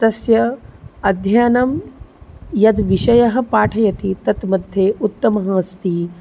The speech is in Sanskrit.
तस्य अध्ययनं यद्विषयं पाठयति तत् मध्ये उत्तमः अस्ति